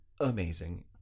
Amazing